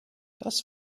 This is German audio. das